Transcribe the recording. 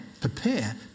prepare